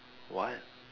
what